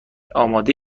آماده